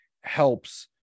helps